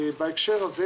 בהקשר הזה,